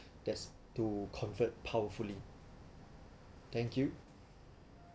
that's to convert powerfully thank you